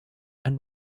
and